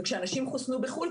וכשאנשים חוסנו בחו"ל,